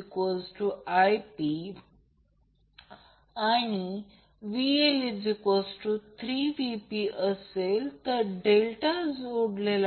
तर ते Vp आणि Vp Vp 2 मग्निट्यूड असेल आणि ते आहे अँगल 0 असेल